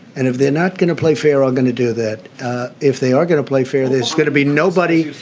and if they're not going to play fair, i'm going to do that that if they are going to play fair, there's going to be nobody.